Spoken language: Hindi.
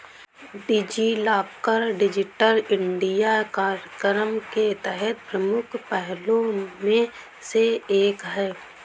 डिजिलॉकर डिजिटल इंडिया कार्यक्रम के तहत प्रमुख पहलों में से एक है